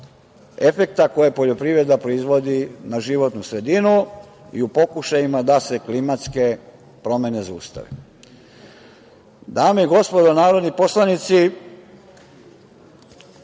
efekta koje poljoprivreda proizvodu na životnu sredinu, i u pokušajima da se klimatske promene zaustave. Dame i gospodo narodni poslanici,